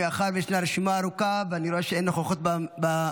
מאחר שישנה רשימה ארוכה ואני רואה שאין נוכחות במשכן,